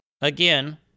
Again